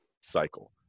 cycle